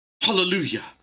hallelujah